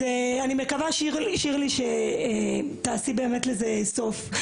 אני מקווה, שירלי, שתעשי לזה סוף.